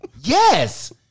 yes